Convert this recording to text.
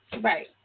Right